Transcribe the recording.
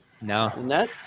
No